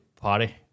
party